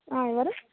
ఎవరు